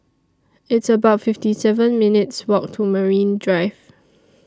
It's about fifty seven minutes' Walk to Marine Drive